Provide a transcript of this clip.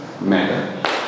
matter